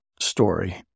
story